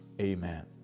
amen